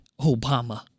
Obama